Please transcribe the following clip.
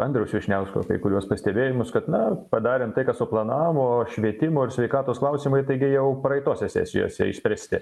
andriaus vyšniausko kai kuriuos pastebėjimus kad na padarėm tai ką suplanavo švietimo ir sveikatos klausimai taigi jau praeitose sesijose išspręsti